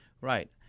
Right